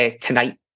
tonight